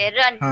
run